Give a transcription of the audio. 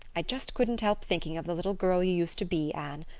i just couldn't help thinking of the little girl you used to be, anne.